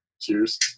cheers